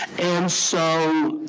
and so